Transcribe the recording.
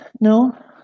No